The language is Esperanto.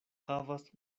havas